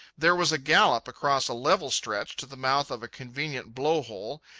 there was a gallop across a level stretch to the mouth of a convenient blow-hole,